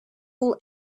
all